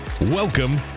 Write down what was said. Welcome